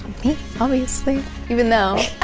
me obviously even though